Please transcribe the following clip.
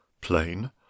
Plain